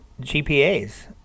GPAs